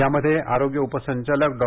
यामध्ये आरोग्य उपसंचालक डॉ